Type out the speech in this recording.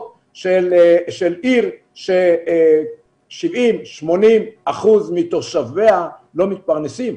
של עיר ש-80-70 אחוזים מתושביה לא מתפרנסים.